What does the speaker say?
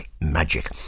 magic